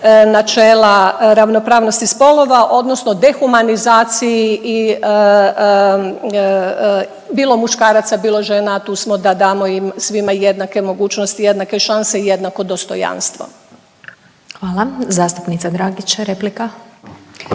načela ravnopravnosti spolova odnosno dehumanizaciji i bilo muškaraca bilo žena. Tu smo da damo svima jednake mogućnosti, jednake šanse i jednako dostojanstvo. **Glasovac, Sabina (SDP)** Hvala.